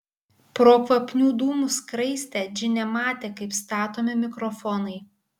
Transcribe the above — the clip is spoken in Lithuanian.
pro kvapnių dūmų skraistę džinė matė kaip statomi mikrofonai